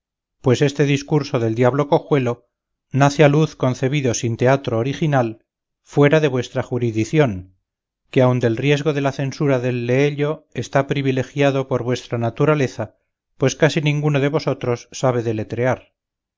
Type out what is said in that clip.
pues este discurso del diablo cojuelo nace a luz concebido sin teatro original fuera de vuestra juridición que aun del riesgo de la censura del leello está privilegiado por vuestra naturaleza pues casi ninguno de vosotros sabe deletrear